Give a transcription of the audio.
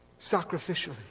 sacrificially